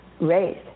raised